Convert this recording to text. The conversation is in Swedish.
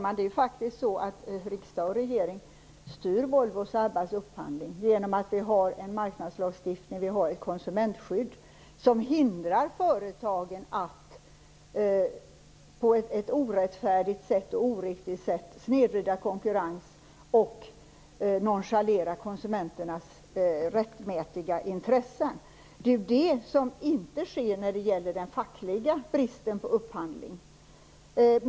Herr talman! Riksdag och regering styr Volvos och Abbas upphandling. Det finns en marknadslagstiftning och ett konsumentskydd som hindrar företagen att på ett orättfärdigt och oriktigt sätt snedvrida konkurrens och nonchalera konsumenternas rättmätiga intressen. Det är ju det som inte sker när det gäller den fackliga bristen på upphandling.